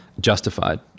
justified